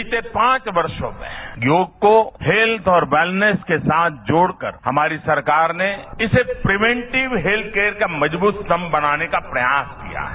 बीते पांच वर्षों में योग को हेत्थ और वेलनेश के साथ जोड़कर हमारी सरकार ने इसे प्रीवेंटिव हेत्थकेयर का मजबूत स्तम्भ बनाने का प्रयास किया है